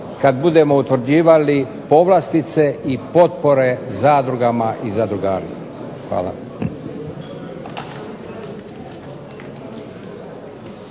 kad budemo utvrđivali povlastice i potpore zadrugama i zadrugarstvu. Hvala.